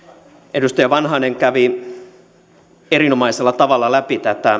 edustaja vanhanen kävi erinomaisella tavalla läpi tätä